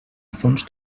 fons